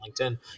LinkedIn